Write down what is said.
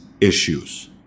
issues